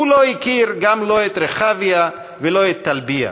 הוא לא הכיר גם את רחביה או את טלביה,